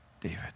David